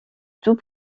tout